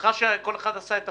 בהנחה שכל אחד עשה את תפקידו.